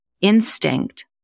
instinct